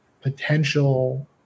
potential